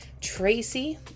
Tracy